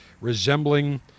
resembling